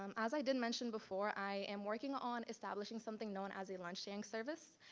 um as i did mention before, i am working on establishing something known as a lunching service.